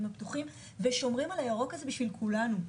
הפתוחים ושומרים על הירוק הזה בשביל כולנו,